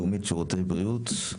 לאומית שירותי בריאות.